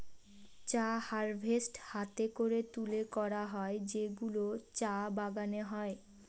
চা হারভেস্ট হাতে করে তুলে করা হয় যেগুলো চা বাগানে হয়